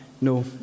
no